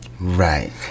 Right